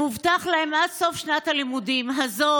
שמובטחת להם עד סוף שנת הלימודים הזו,